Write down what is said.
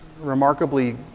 remarkably